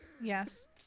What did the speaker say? Yes